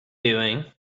doing